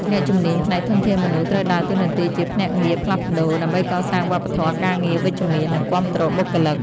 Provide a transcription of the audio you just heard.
អ្នកជំនាញ ផ្នែកធនធានមនុស្ស ត្រូវដើរតួនាទីជាភ្នាក់ងារផ្លាស់ប្តូរ ដើម្បីកសាងវប្បធម៌ការងារវិជ្ជមាន និងគាំទ្របុគ្គលិក។